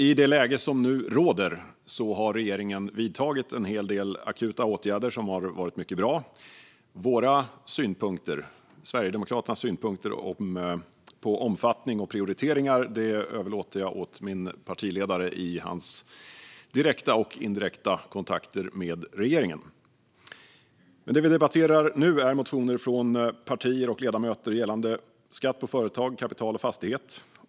I det läge som råder har regeringen vidtagit en del akuta åtgärder som har varit mycket bra. Sverigedemokraternas synpunkter på omfattning och prioriteringar överlåter jag åt min partiledare att förmedla i hans direkta och indirekta kontakter med regeringen. Det vi nu debatterar är motioner från partier och ledamöter gällande skatt på företag, kapital och fastighet.